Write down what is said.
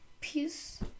peace